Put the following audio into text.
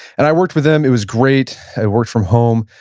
and i worked with them. it was great. i worked from home,